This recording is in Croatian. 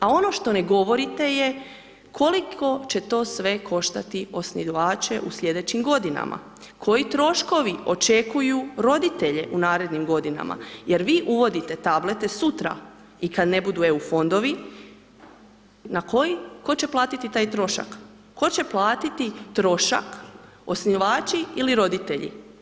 A ono što ne govorite je koliko će to sve koštati osnivače u slijedećim godinama, koji troškovi očekuju roditelje u narednim godinama jer vi uvodite tablete sutra i kad ne budu e-fondovi, tko će platiti taj trošak, tko će platiti trošak, osnivači ili roditelji?